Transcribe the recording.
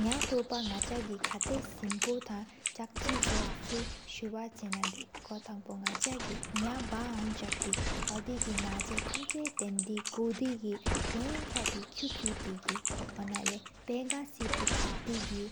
ནེག འཐོགཔ ནགཆ གི ཁ༹ཏ་སིམཔོ ཐང་། ཆག་ཆེ་གཟོ་ཆུ་སུ་བ་ཆེ་ན། གོ་ཐང་པོ ནགཆ གི ནེག་པ ཧོན ཟག་ཏེ། ཨོ དེ་གི ནག་ཟེ་ཆུ་ཐམ་ཆ ཐེན་དི༹ གི། ཀོ་ འདིའི ལྷྱམ་པྱ་ཏེ་གི ཁུ་ཁུ་ཐི། ཨུ་ན་ལེ་པེ་གྱ་ སི་པོ ཐག་ཏེ་གི